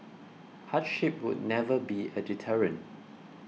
hardship should never be a deterrent